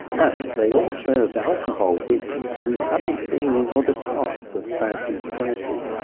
and they all served alcohol, which we hadn't seen in other parts of southeast turkey.